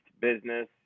business